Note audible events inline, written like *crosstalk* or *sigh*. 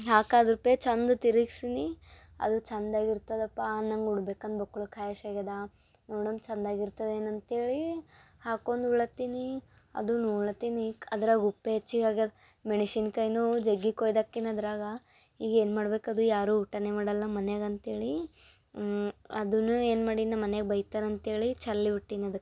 ಹಾಕಾದುರ್ಪೆ ಚಂದ ತಿರುಗ್ಸಿನಿ ಅದು ಚಂದ ಆಗಿರ್ತದಪ್ಪ ಅನ್ನಂಗೆ ಉಣ್ಬೇಕು ಅಂದು *unintelligible* ಖಾಯಶ್ ಆಗ್ಯದ ನೋಡಣ್ ಚಂದಗೆ ಇರ್ತದೆ ಏನಂತ್ಹೇಳಿ ಹಾಕೊಂಡ್ ಉಣ್ಲತ್ತಿನಿ ಅದು ನೋಡ್ಲತ್ತೀನಿ ಅದ್ರಾಗ ಉಪ್ಪು ಹೆಚ್ಚಿಗ್ ಆಗ್ಯಾದ ಮೆಣಸಿನ್ಕಾಯ್ನೂ ಜಗ್ಗಿ ಕೊಯ್ದು ಹಾಕ್ಕಿನ್ ಅದರಾಗ ಈಗ ಏನು ಮಾಡ್ಬೇಕು ಅದು ಯಾರೂ ಊಟನೇ ಮಾಡೋಲ್ಲ ಮನ್ಯಾಗ ಅಂತ್ಹೇಳಿ ಅದನ್ನು ಏನು ಮಾಡಿನಿ ನಮ್ಮ ಮನ್ಯಾಗ ಬೈತಾರೆ ಅಂತ್ಹೇಳಿ ಚೆಲ್ಲಿ ಬಿಟ್ಟಿನಿ ಅದಕ್ಕೆ